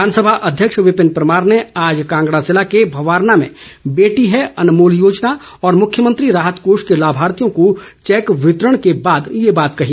विधानसभा अध्यक्ष विपिन परमार ने आज कांगड़ा जिला के भवारना में बेटी है अनमोल योजना और मुख्यमंत्री राहत कोष के लाभार्थियों को चैक वितरण के बाद ये बात कही